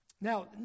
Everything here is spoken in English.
Now